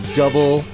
double